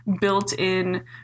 built-in